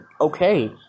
okay